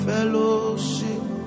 Fellowship